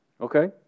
Okay